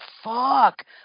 fuck